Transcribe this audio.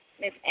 Miss